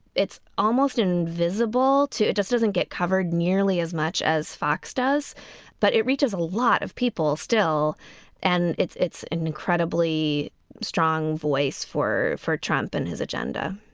it's almost invisible to it just doesn't get covered nearly as much as fox does but it reaches a lot of people still and it's it's an incredibly strong voice for for trump and his agenda